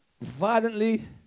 violently